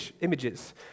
images